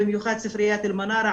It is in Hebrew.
במיוחד ספריית אלמנארה,